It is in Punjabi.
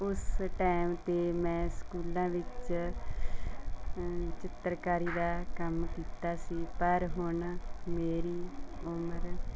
ਉਸ ਟੈਮ 'ਤੇ ਮੈਂ ਸਕੂਲਾਂ ਵਿੱਚ ਚਿੱਤਰਕਾਰੀ ਦਾ ਕੰਮ ਕੀਤਾ ਸੀ ਪਰ ਹੁਣ ਮੇਰੀ ਉਮਰ